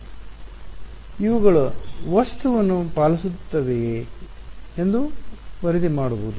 ವಿದ್ಯಾರ್ಥಿ ಇವುಗಳು ವಸ್ತುವನ್ನು ಪಾಲಿಸುತ್ತವೆಯೇ ಎಂದು ವರದಿ ಮಾಡುವುದು